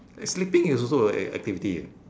eh sleeping is also a an activity eh